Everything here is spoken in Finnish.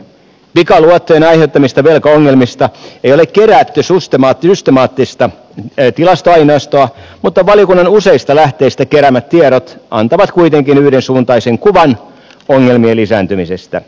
pikaluottojen aiheuttamista velkaongelmista ei ole kerätty systemaattista tilastoaineistoa mutta valiokunnan useista lähteistä keräämät tiedot antavat kuitenkin yhdensuuntaisen kuvan ongelmien lisääntymisestä